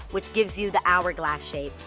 which gives you the hourglass shape.